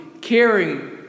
caring